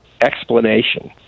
explanation